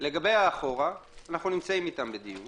לגבי אחורה - אנחנו נמצאים איתם בדיון.